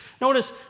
Notice